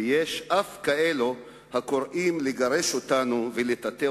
ויש אף כאלו הקוראים לגרש אותנו ולטאטא